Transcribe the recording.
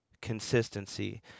consistency